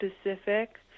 specific